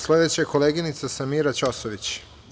Sledeća je koleginica Samira Ćosović.